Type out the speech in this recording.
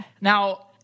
Now